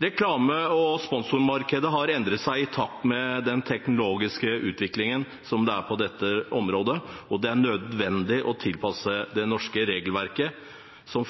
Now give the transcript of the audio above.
Reklame- og sponsormarkedet har endret seg i takt med den teknologiske utviklingen som er på dette området, og det er nødvendig å tilpasse det norske regelverket som